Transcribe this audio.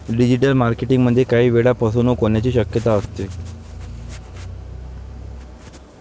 digital marketing मध्ये काही वेळा फसवणूक होण्याची शक्यता असते